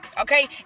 okay